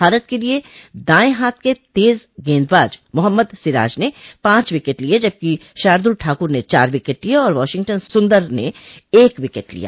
भारत के लिए दाएं हाथ के तेज गेंदबाज मोहम्मद सिराज ने पांच विकेट लिए जबकि शारदुल ठाकुर ने चार विकेट लिए और वाशिंगटन सुंदर ने एक विकेट लिया